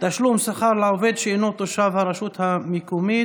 (תשלום שכר לעובד שאינו תושב הרשות המקומית),